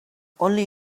only